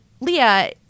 Leah